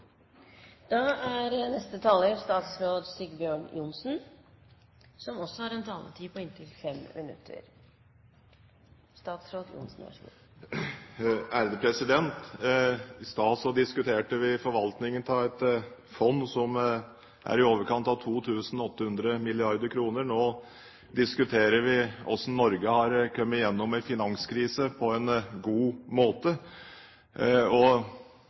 I stad diskuterte vi forvaltningen av et fond som er i overkant av 2 800 mrd. kr. Nå diskuterer vi hvordan Norge har kommet gjennom en finanskrise på en god måte.